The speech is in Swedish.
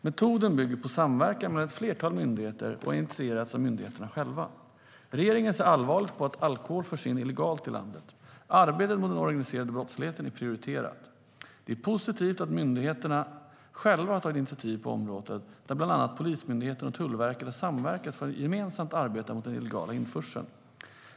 Metoden bygger på samverkan mellan ett flertal myndigheter och har initierats av myndigheterna själva. Regeringen ser allvarligt på att alkohol förs in illegalt i landet. Arbetet mot den organiserade brottsligheten är prioriterat. Det är positivt att myndigheterna själva har tagit initiativ på området där bland annat Polismyndigheten och Tullverket har samverkat för att gemensamt arbeta mot den illegala införseln.